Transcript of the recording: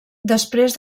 després